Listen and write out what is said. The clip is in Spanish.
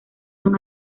son